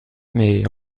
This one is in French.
mais